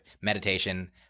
meditation